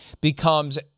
becomes